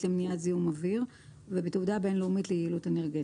למניעת זיהום אויר ובתעודה בין-לאומית ליעילות אנרגטית.